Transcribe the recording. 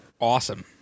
awesome